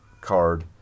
card